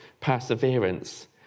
perseverance